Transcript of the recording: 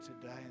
today